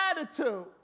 attitude